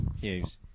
Hughes